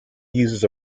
uses